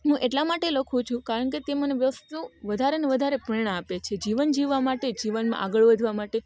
હું એટલા માટે લખું છું કારણ કે તે મને વસ્તુ વધારેને વધારે પ્રેરણા આપે છે જીવન જીવા માટે જીવનમાં આગળ વધવા માટે